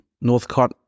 Northcott